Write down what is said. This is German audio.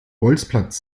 bolzplatz